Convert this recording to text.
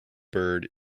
bird